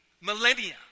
Millennia